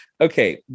Okay